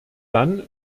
dann